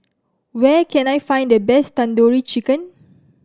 where can I find the best Tandoori Chicken